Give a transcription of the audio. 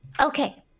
Okay